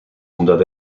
omdat